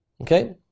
okay